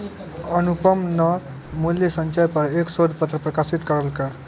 अनुपम न मूल्य संचय पर एक शोध पत्र प्रकाशित करलकय